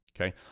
Okay